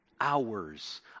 Hours